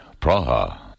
Praha